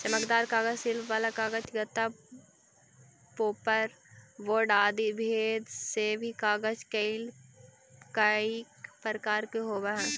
चमकदार कागज, शिल्प वाला कागज, गत्ता, पोपर बोर्ड आदि भेद से भी कागज कईक प्रकार के होवऽ हई